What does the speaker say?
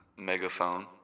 Megaphone